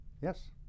Yes